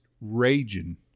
raging